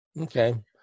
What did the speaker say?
Okay